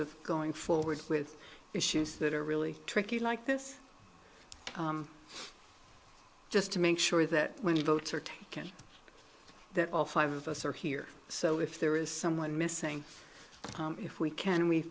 of going forward with issues that are really tricky like this just to make sure that when you vote are taken that all five of us are here so if there is someone missing if we can and we